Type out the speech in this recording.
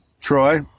Troy